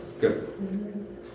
Good